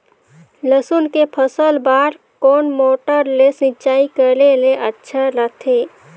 लसुन के फसल बार कोन मोटर ले सिंचाई करे ले अच्छा रथे?